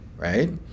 Right